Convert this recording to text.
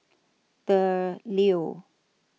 The Leo